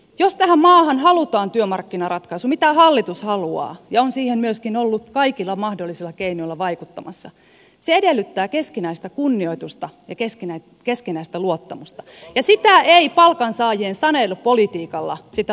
jos tähän maahan halutaan työmarkkinaratkaisu mitä hallitus haluaa ja on siihen myöskin ollut kaikilla mahdollisilla keinoilla vaikuttamassa se edellyttää keskinäistä kunnioitusta ja keskinäistä luottamusta ja sitä luottamusta ei palkansaajille sanelun politiikalla ansaita